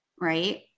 right